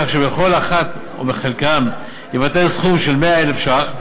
כך שבכל אחת או בחלקן ייוותר סכום של 100,000 ש"ח,